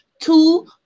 two